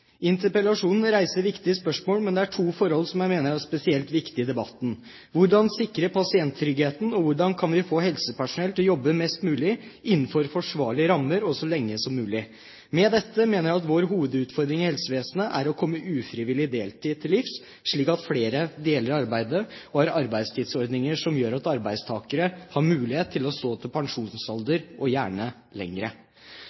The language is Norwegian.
Interpellasjonen reiser viktige spørsmål, men det er to forhold som jeg mener er spesielt viktig i debatten: Hvordan sikre pasienttryggheten, og hvordan kan vi få helsepersonell til å jobbe mest mulig innenfor forsvarlige rammer og så lenge som mulig? Med dette mener jeg at vår hovedutfordring i helsevesenet er å komme ufrivillig deltid til livs, slik at flere deler arbeidet, og ha arbeidstidsordninger som gjør at arbeidstakere har mulighet til å stå i jobb til